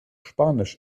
spanisch